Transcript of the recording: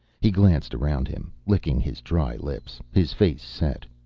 he glanced around him, licking his dry lips, his face set.